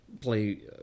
play